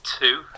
two